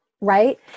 Right